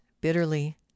bitterly